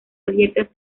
abiertas